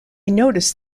noticed